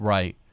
Right